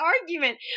argument